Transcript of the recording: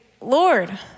Lord